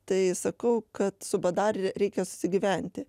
tai sakau kad su bdar reikia susigyventi